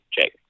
Jake